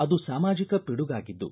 ಅದು ಸಾಮಾಜಿಕ ಪಿಡುಗಾಗಿದ್ದು